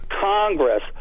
Congress